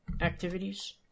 activities